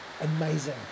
Amazing